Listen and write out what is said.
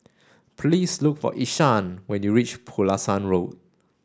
please look for Ishaan when you reach Pulasan Road